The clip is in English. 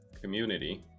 community